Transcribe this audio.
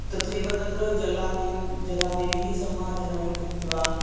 तथैव तत्र जलादीन् जलादिभिः सम्मार्जनं कृत्वा